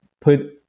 put